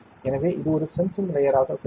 எனவே இது ஒரு சென்சிங் லேயர் ஆக செயல்படும்